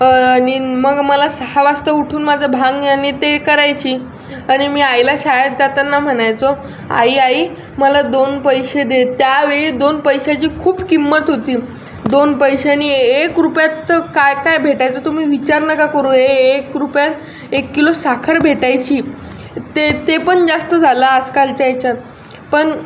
आणि मग मला सहा वाजता उठून माझा भांग आणि ते करायची आणि मी आईला शाळेत जाताना म्हणायचो आई आई मला दोन पैसे दे त्यावेळी दोन पैशाची खूप किंमत होती दोन पैसे नि एक रुपयात तर काय काय भेटायचं तुम्ही विचार नका करू ए एक रुपयात एक किलो साखर भेटायची ते ते पण जास्त झालं आजकालच्या याच्यात पण